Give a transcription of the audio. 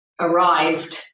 arrived